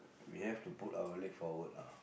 we have to put our leg forward lah